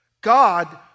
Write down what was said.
God